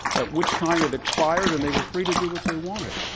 at which time it expired and they were free to do what they wanted.